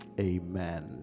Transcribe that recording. Amen